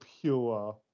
pure